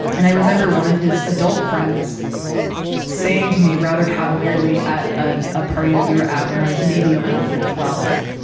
and i remember one of his adult friends saying to me rather cavalierly at a, a party we were at when i was maybe eleven or twelve,